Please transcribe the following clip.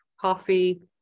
coffee